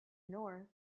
north